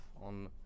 on